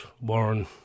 Warren